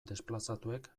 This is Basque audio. desplazatuek